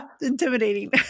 Intimidating